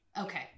okay